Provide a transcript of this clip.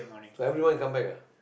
every month he come back ah